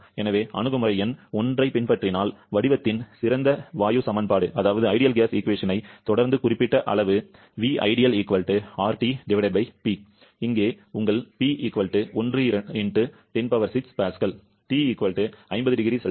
எனவே அணுகுமுறை எண் 1 ஐப் பின்பற்றினால் வடிவத்தின் சிறந்த வாயு சமன்பாட்டைத் தொடர்ந்து குறிப்பிட்ட அளவு இங்கே உங்கள் P 1 × 106 Pa T 50 0C 323